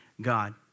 God